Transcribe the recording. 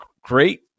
great